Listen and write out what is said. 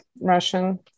russian